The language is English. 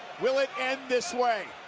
will it end this way?